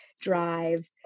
drive